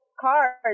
cards